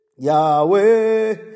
Yahweh